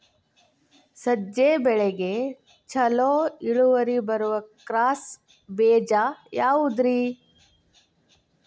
ಸಜ್ಜೆ ಬೆಳೆಗೆ ಛಲೋ ಇಳುವರಿ ಬರುವ ಕ್ರಾಸ್ ಬೇಜ ಯಾವುದ್ರಿ?